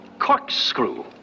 Corkscrew